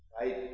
right